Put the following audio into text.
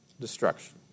destruction